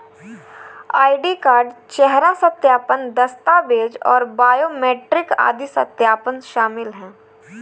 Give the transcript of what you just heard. ID card, चेहरा सत्यापन, दस्तावेज़ और बायोमेट्रिक आदि सत्यापन शामिल हैं